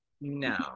No